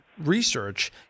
research